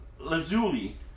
lazuli